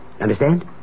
Understand